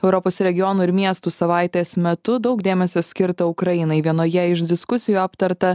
europos regionų ir miestų savaitės metu daug dėmesio skirta ukrainai vienoje iš diskusijų aptarta